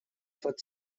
под